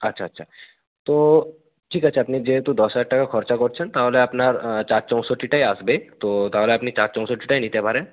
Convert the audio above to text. আচ্ছা আচ্ছা তো ঠিক আছে আপনি যেহেতু দশ হাজার টাকা খরচা করছেন তাহলে আপনার চার চৌষট্টিটাই আসবে তো তাহলে আপনি চার চৌষট্টিটাই নিতে পারেন